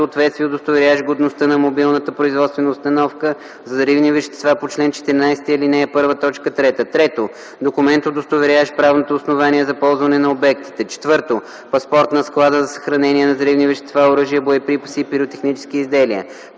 съответствие, удостоверяващ годността на мобилна производствена установка за взривни вещества по чл. 14, ал. 1, т. 3; 3. документ, удостоверяващ правното основание за ползване на обектите; 4. паспорт на склада за съхранение на взривни вещества, оръжия, боеприпаси и пиротехнически изделия;